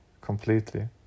completely